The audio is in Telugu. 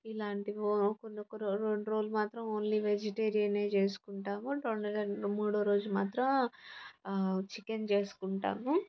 ఇలాంటివి కొన్ని కూరలు రెండు రోజులు మాత్రం ఓన్లీ వెజిటేరియనే చేసుకుంటాము రెండు కనుక మూడో రోజు మాత్రం చికెన్ చేసుకుంటాము